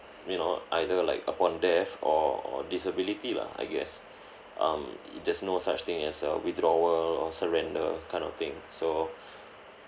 you know either like upon death or or disability lah I guess um e~ there's no such thing as a withdrawal or surrender kind of thing so